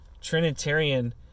Trinitarian